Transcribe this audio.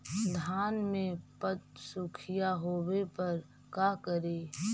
धान मे पत्सुखीया होबे पर का करि?